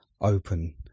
open